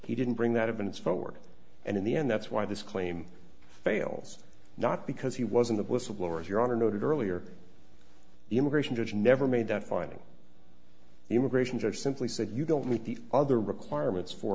he didn't bring that evidence forward and in the end that's why this claim fails not because he wasn't a whistleblower as your honor noted earlier the immigration judge never made that finding the immigration judge simply said you don't meet the other requirements for